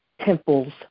temples